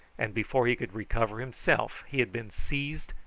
and before he could recover himself he had been seized,